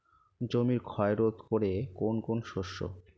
জমির ক্ষয় রোধ করে কোন কোন শস্য?